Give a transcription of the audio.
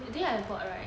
that day I bought right